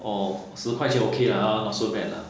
orh 十块钱 okay lah ha not so bad lah